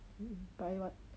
buy what